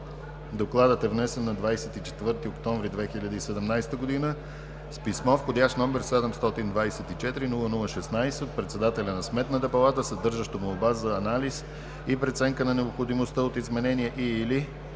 Докладът е внесен на 24 октомври 2017 г. с писмо, вх. № 724-00-16, от председателя на Сметната палата, съдържащо молба за анализ и преценка на необходимостта от изменение и/или